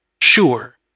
Sure